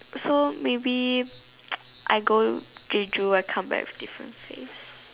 so maybe I go Jeju I come back with different face